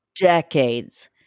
decades